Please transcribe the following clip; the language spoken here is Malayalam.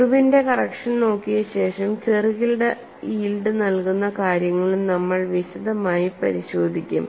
ഇർവിന്റെ കറക്ഷൻ നോക്കിയ ശേഷം ചെറുകിട യീൽഡ് നൽകുന്ന കാര്യങ്ങളും നമ്മൾ വിശദമായി പരിശോധിക്കും